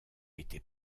été